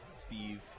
Steve